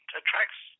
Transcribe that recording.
attracts